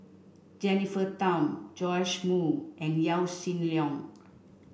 Jennifer Tham Joash Moo and Yaw Shin Leong